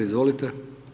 Izvolite.